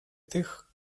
тих